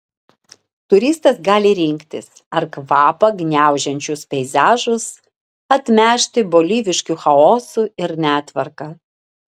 turistas gali rinktis ar kvapą gniaužiančius peizažus atmiešti bolivišku chaosu ir netvarka